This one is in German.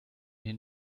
den